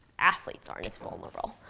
athletes aren't as vulnerable.